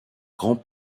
grands